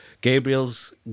Gabriel's